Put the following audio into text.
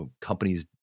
companies